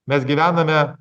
mes gyvename